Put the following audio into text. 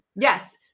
yes